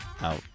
Out